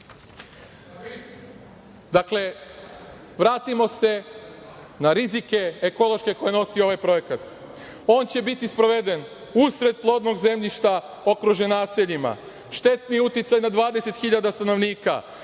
vratimo se na rizike ekološke koji nosi ovaj projekat. On će biti sproveden usred plodnog zemljišta, okružen naseljima, štetni uticaj na 20.000 stanovnika,